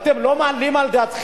הרי אתם לא מעלים על דעתכם,